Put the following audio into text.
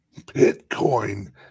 Bitcoin